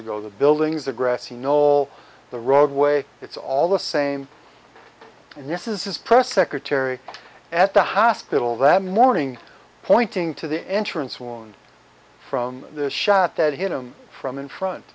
ago the buildings the grassy knoll the roadway it's all the same and this is his press secretary at the hospital that morning pointing to the entrance wound from the shot that hit him from in front